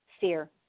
fear